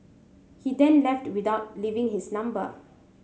he then left without leaving his number